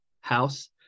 house